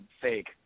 Fake